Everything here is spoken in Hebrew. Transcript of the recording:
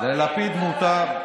ללפיד מותר.